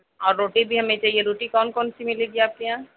اور روٹی بھی ہمیں چاہیے روٹی کون کون سی مِلے گی آپ کے یہاں